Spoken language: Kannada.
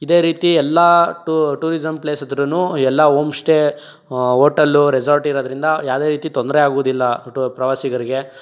ಇದೆ ರೀತಿ ಎಲ್ಲ ಟೂರಿಸಮ್ ಪ್ಲೇಸ್ ಇದ್ರೂ ಎಲ್ಲ ಹೋಮ್ ಸ್ಟೇ ಹೋಟೆಲು ರೆಸಾರ್ಟ್ ಇರೋದ್ರಿಂದ ಯಾವ್ದೆ ರೀತಿ ತೊಂದರೆ ಆಗುವುದಿಲ್ಲ ಪ್ರವಾಸಿಗರಿಗೆ